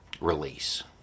release